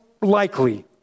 likely